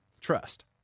Trust